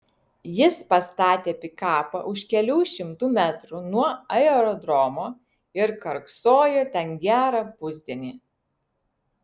jis pastatė pikapą už kelių šimtų metrų nuo aerodromo ir karksojo ten gerą pusdienį